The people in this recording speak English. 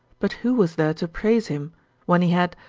but who was there to praise him when he had,